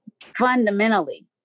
fundamentally